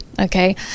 okay